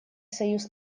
союз